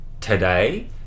today